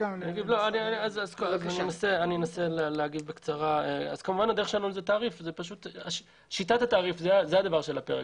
אני אנסה לענות בקצרה: שיטת התעריף זה הדבר על הפרק.